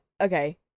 okay